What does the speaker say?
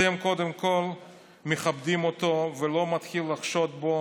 אתם קודם כול מכבדים אותו ולא מתחילים לחשוד בו